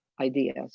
ideas